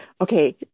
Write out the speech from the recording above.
okay